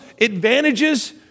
advantages